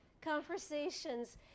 conversations